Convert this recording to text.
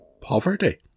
poverty